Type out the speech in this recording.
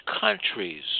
countries